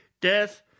Death